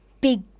big